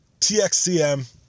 TXCM